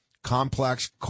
Complex